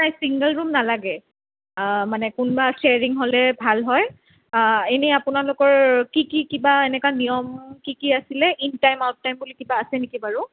নাই single room নালাগে মানে কোনোবা চেয়াৰিং হ'লে ভাল হয় এনেই আপোনালোকৰ কি কি কিবা এনেকুৱা নিয়ম কি কি আছিলে ইন টাইম আউট টাইম বুলি কিবা আছে নেকি বাৰু